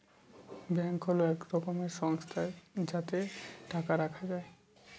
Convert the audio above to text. bank হল এক রকমের সংস্থা যাতে টাকা রাখা যায়